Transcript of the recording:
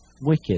wicked